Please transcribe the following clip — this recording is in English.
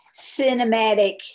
cinematic